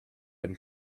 and